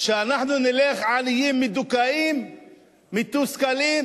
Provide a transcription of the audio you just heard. שאנחנו נלך עניים מדוכאים, מתוסכלים?